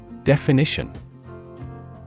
Definition